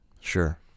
Sure